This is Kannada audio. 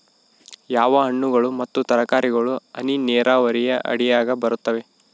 ಯಾವ ಹಣ್ಣುಗಳು ಮತ್ತು ತರಕಾರಿಗಳು ಹನಿ ನೇರಾವರಿ ಅಡಿಯಾಗ ಬರುತ್ತವೆ?